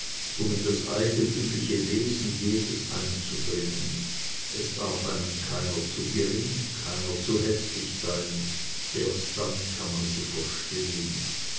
um in das eigentümliche wesen jedes einzudringen es darf einem keiner zu gering keiner zu häßlich sein erst dann kann man sie verstehen